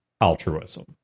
altruism